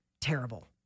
terrible